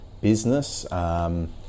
business